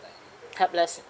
helpless